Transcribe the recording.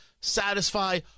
satisfy